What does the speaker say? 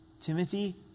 Timothy